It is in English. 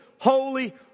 holy